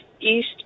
east